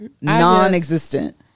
non-existent